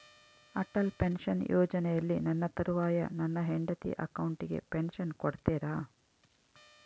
Atal pension ಯೋಜನೆಯಲ್ಲಿ ನನ್ನ ತರುವಾಯ ನನ್ನ ಹೆಂಡತಿ ಅಕೌಂಟಿಗೆ ಪೆನ್ಶನ್ ಕೊಡ್ತೇರಾ?